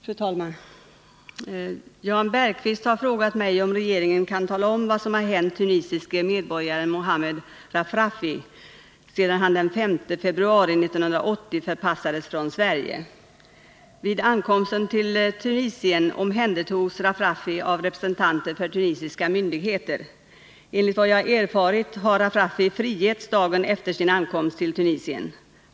Fru talman! Jan Bergqvist har frågat mig om regeringen kan tala om vad som har hänt tunisiske medborgaren Mohamed Rafrafi, sedan han den 5 februari 1980 förpassades från Sverige. Vid ankomsten till Tunisien omhändertogs Rafrafi av representanter för tunisiska myndigheter. Enligt vad jag erfarit har Rafrafi frigetts dagen efter sin ankomst till Tunisien.